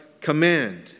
command